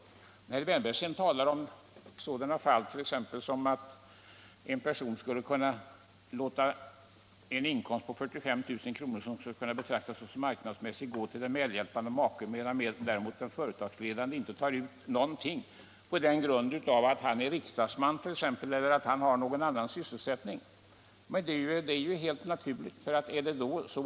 Herr Wärnberg tog exemplet att en företagschef skulle kunna låta en inkomst på 45 000 kr. gå till den medhjälpande maken, medan han själv inte tog ut någonting, eftersom han är riksdagsman eller har någon annan sysselsättning som ger en inkomst. Men en sådan ordning är ju helt naturlig.